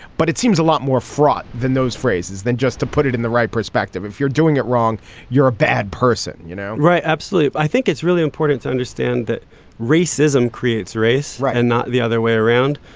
but it seems a lot more fraught than those phrases than just to put it in the right perspective if you're doing it wrong you're a bad person you know right. absolutely. i think it's really important to understand that racism creates race and not the other way around.